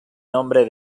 nombre